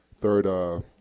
third